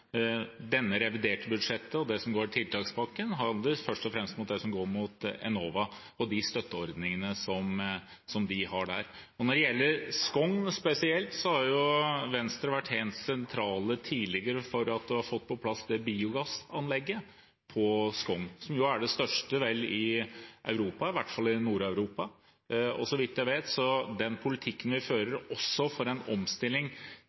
tiltakspakken først og fremst om Enova og de støtteordningene som de har der. Når det gjelder Skogn spesielt, har Venstre tidligere vært helt sentrale i å få på plass biogassanlegget på Skogn, som vel er det største i Europa, i hvert fall i Nord-Europa. Så vidt jeg vet, er det slik at med den politikken vi fører for omstilling